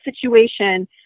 situation